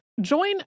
Join